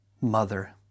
mother